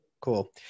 Cool